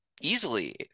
easily